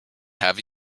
have